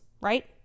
right